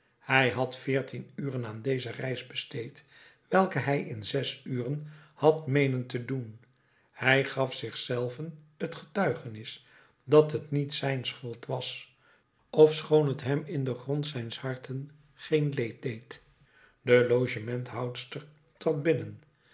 hij had veertien uren aan deze reis besteed welke hij in zes uren had meenen te doen hij gaf zich zelven t getuigenis dat het niet zijn schuld was ofschoon t hem in den grond zijns harten geen leed deed de logementhoudster trad binnen